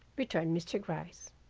returned mr. gryce.